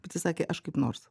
bet jis sakė aš kaip nors